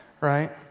right